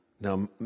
Now